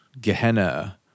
Gehenna